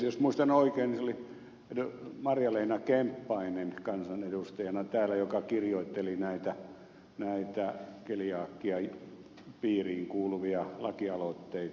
jos muistan oikein niin se oli kansanedustaja marja leena kemppainen joka täällä kirjoitteli näitä keliakiapiiriin kuuluvia lakialoitteita